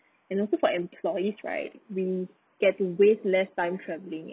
and also for employees right we get to waste less time travelling